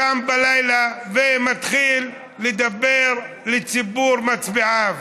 קם בלילה ומתחיל לדבר לציבור מצביעיו,